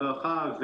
הדרכה,